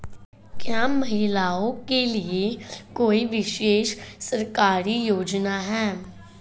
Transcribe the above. क्या महिलाओं के लिए कोई विशेष सरकारी योजना है?